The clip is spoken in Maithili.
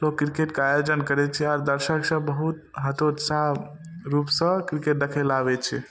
लोक किरकेटके आयोजन करै छै आओर दर्शकसभ बहुत हतोत्साह रूपसँ किरकेट देखैलए आबै छै